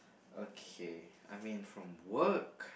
okay I mean from work